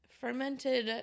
fermented